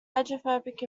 hydrophobic